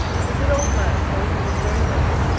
and the good old man, though he was very learned,